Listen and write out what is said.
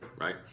right